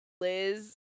Liz